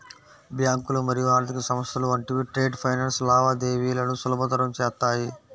బ్యాంకులు మరియు ఆర్థిక సంస్థలు వంటివి ట్రేడ్ ఫైనాన్స్ లావాదేవీలను సులభతరం చేత్తాయి